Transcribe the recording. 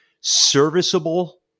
serviceable